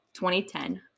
2010